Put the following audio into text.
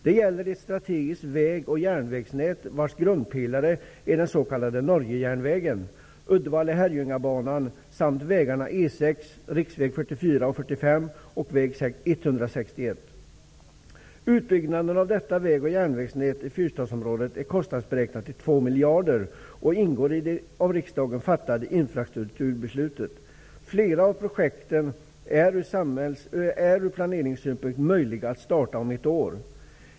Det gäller ett strategiskt väg och järnvägsnät vars grundpelare är den s.k. Norgejärnvägen, miljarder och ingår i det av riksdagen fattade infrastrukturbeslutet. Flera av projekten är ur planeringssynpunkt möjliga att starta om ett år.